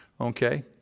Okay